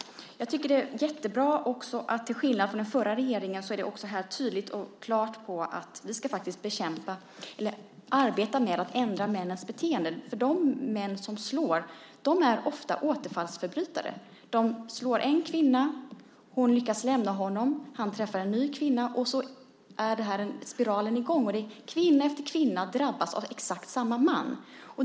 Vidare är det mycket bra att det, till skillnad från den förra regeringen, tydligt och klart framgår att vi även ska arbeta för att ändra männens beteende, för de män som slår är ofta återfallsförbrytare. De slår en kvinna, hon lyckas lämna honom, han träffar en ny kvinna och sedan är spiralen i gång. Kvinna efter kvinna drabbas av samme man.